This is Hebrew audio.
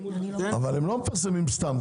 אבל הם לא מפרסמים סתם.